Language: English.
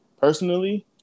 personally